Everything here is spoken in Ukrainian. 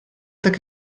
таки